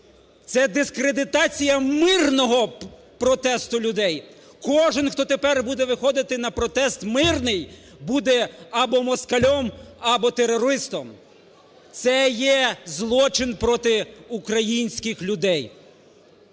Це дискредитація мирного протесту людей, кожен хто тепер буде виходити на протест мирний буде або москалем, або терористом. Це є злочин проти українських людей.